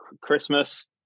Christmas